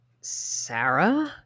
Sarah